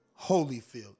Holyfield